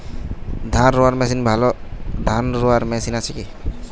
ধান রোয়ার মেশিন আছে কি?